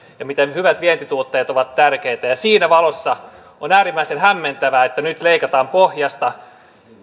ja siitä miten hyvät vientituotteet ovat tärkeitä siinä valossa on äärimmäisen hämmentävää että nyt leikataan pohjasta